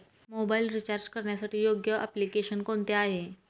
Mobile recharge करण्यासाठी योग्य application कोणते आहे?